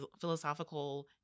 philosophical